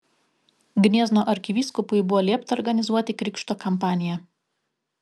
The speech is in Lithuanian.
gniezno arkivyskupui buvo liepta organizuoti krikšto kampaniją